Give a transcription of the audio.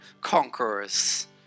conquerors